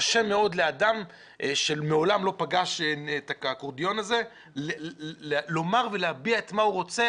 קשה מאוד לאדם שמעולם לא פגש את האקורדיון הזה לומר ולהביע מה הוא רוצה.